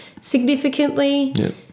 significantly